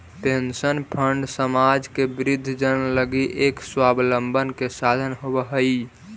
pension fund समाज के वृद्धजन लगी एक स्वाबलंबन के साधन होवऽ हई